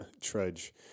trudge